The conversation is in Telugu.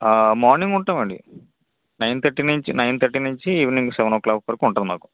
మార్నింగ్ ఉంటామండి nine thirty nine nine thirty నుంచి ఈవినింగ్ సెవెన్ ఓ క్లాక్ వరకు ఉంటుంది మాకు